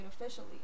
officially